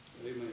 Amen